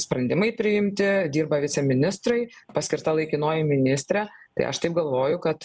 sprendimai priimti dirba viceministrai paskirta laikinoji ministrė tai aš taip galvoju kad